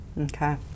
Okay